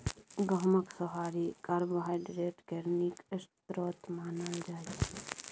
गहुँमक सोहारी कार्बोहाइड्रेट केर नीक स्रोत मानल जाइ छै